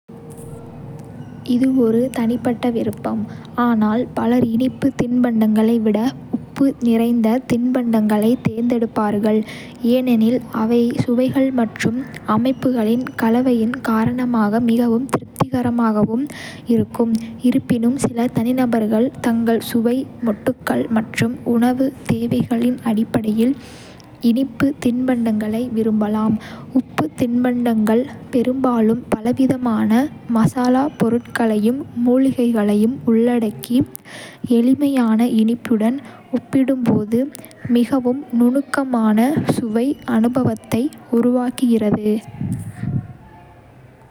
இது ஒரு தனிப்பட்ட விருப்பம், ஆனால் பலர் இனிப்பு தின்பண்டங்களை விட உப்பு நிறைந்த தின்பண்டங்களைத் தேர்ந்தெடுப்பார்கள், ஏனெனில் அவை சுவைகள் மற்றும் அமைப்புகளின் கலவையின் காரணமாக மிகவும் திருப்திகரமாகவும் திருப்திகரமாகவும் இருக்கும். இருப்பினும், சில தனிநபர்கள் தங்கள் சுவை மொட்டுகள் மற்றும் உணவுத் தேவைகளின் அடிப்படையில் இனிப்பு தின்பண்டங்களை விரும்பலாம். உப்புத் தின்பண்டங்கள் பெரும்பாலும் பலவிதமான மசாலாப் பொருட்களையும் மூலிகைகளையும் உள்ளடக்கி, எளிமையான இனிப்புடன் ஒப்பிடும்போது மிகவும் நுணுக்கமான சுவை அனுபவத்தை உருவாக்குகிறது.